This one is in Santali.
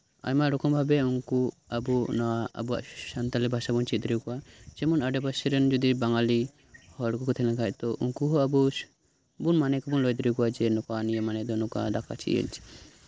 ᱟᱭᱢᱟ ᱨᱚᱠᱚᱢ ᱵᱷᱟᱵᱮ ᱩᱱᱠᱩ ᱟᱵᱚᱱᱟᱜ ᱥᱟᱱᱛᱟᱞᱤ ᱵᱷᱟᱥᱟ ᱵᱚᱱ ᱪᱮᱫ ᱫᱟᱲᱮ ᱟᱠᱚᱣᱟ ᱥᱮ ᱟᱰᱮᱯᱟᱥᱮᱨᱮᱱ ᱡᱮᱢᱚᱱ ᱵᱟᱝᱜᱟᱞᱤ ᱦᱚᱲ ᱠᱚᱠᱚ ᱛᱟᱦᱮᱸ ᱞᱮᱱᱠᱷᱟᱱ ᱛᱚ ᱩᱱᱠᱩ ᱦᱚᱸ ᱟᱵᱚ ᱢᱟᱱᱮ ᱠᱚᱵᱚᱱ ᱞᱟᱹᱭ ᱫᱟᱲᱮ ᱟᱠᱚᱣᱟ ᱱᱤᱭᱟᱹ ᱢᱟᱱᱮ ᱫᱚ ᱱᱚᱝᱠᱟ ᱟᱫᱚ ᱠᱚ ᱪᱮᱫ